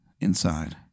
inside